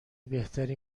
بهتری